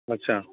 अच्छा